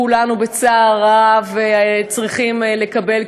כולנו בצער רב צריכים לקבל,